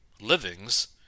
livings